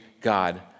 God